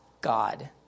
God